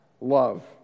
love